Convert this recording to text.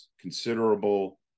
considerable